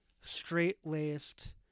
straight-laced